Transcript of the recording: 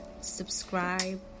subscribe